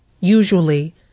Usually